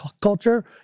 culture